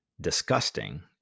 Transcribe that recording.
disgusting